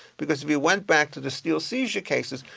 because if you went back to the steel seizure cases,